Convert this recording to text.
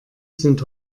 sind